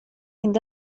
عند